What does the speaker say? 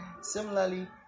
Similarly